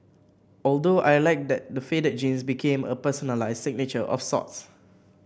although I liked that the faded jeans became a personalised signature of sorts